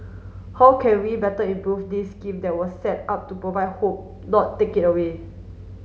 how can we better improve this scheme that was set up to provide hope not take it away